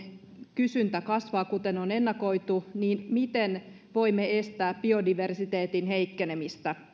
kysyntä kasvaa kuten on ennakoitu miten voimme estää biodiversiteetin heikkenemistä